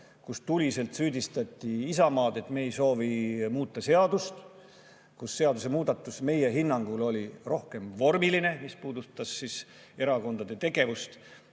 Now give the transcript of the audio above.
kui tuliselt süüdistati Isamaad, et me ei soovi muuta seadust, kui seadusemuudatus meie hinnangul on rohkem vormiline. See puudutas erakondade tegevust.